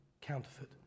counterfeit